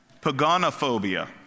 Paganophobia